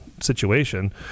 situation